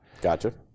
gotcha